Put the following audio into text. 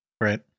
Right